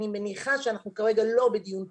אני מניחה שאנחנו כרגע לא בדיון פוליטי,